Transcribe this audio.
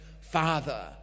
Father